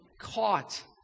caught